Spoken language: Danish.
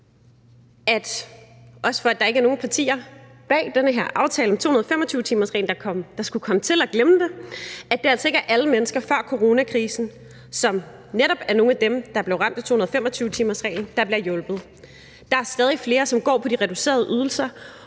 også for at der ikke er nogen partier bag den her aftale om 225-timersreglen, der skulle komme til at glemme det – at det altså ikke er alle mennesker før coronakrisen, som netop er nogle af dem, der blev ramt af 225-timersreglen, der bliver hjulpet. Der er stadig flere, som går på de reducerede ydelser,